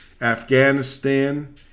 Afghanistan